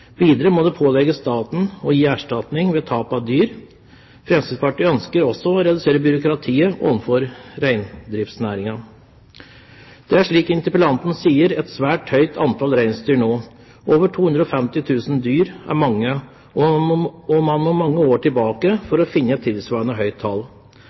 Videre må det pålegges staten å gi erstatning ved tap av dyr. Fremskrittspartiet ønsker også å redusere byråkratiet i forbindelse med reindriftsnæringen. Det er slik interpellanten sier, et svært høyt antall reinsdyr nå. Over 250 000 dyr er mange, og man må mange år tilbake for å finne et tilsvarende høyt tall.